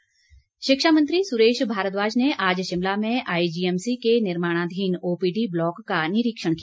भारद्वाज शिक्षा मंत्री सुरेश भारद्वाज ने आज शिमला में आईजीएमसी के निर्माणाधीन ओपीडी ब्लॉक का निरीक्षण किया